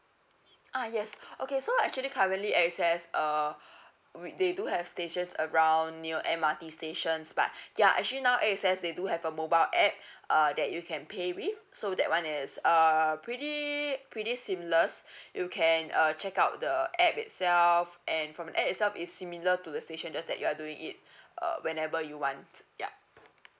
uh yes okay so actually currently A_X_S uh we they do have stations around near M_R_T station but ya actually now A_X_S they do have a mobile app uh that you can pay with so that one is um pretty pretty similar you can uh check out the app itself and from the app itself is similar to the station just that you are doing it uh whenever you want ya